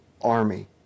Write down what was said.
army